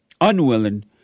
unwilling